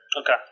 Okay